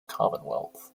commonwealth